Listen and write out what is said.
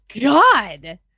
God